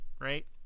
right